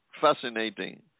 fascinating